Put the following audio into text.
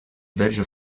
belge